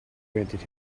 granted